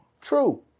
True